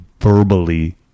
verbally